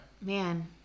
Man